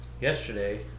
yesterday